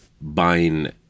buying